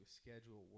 schedule